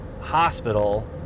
hospital